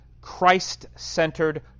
Christ-centered